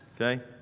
Okay